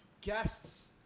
Guests